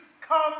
come